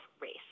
race